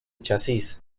chasis